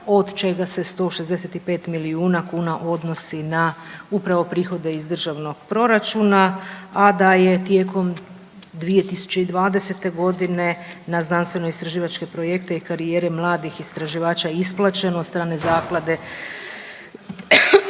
od čega se 165 milijuna kuna odnosi na upravo prihode iz državnog proračuna, a da je tijekom 2020.g. na znanstvenoistraživačke projekte i karijere mladih istraživača isplaćeno od strane zaklade